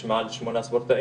יש מעל שמונה ספורטאים,